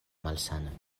malsanoj